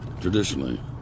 traditionally